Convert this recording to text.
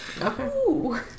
Okay